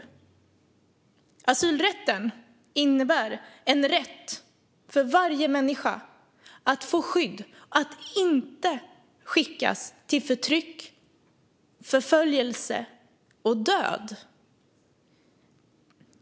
Asylrätten innebär en rätt för varje människa att få skydd och inte skickas till förtryck, förföljelse och död.